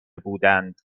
بودند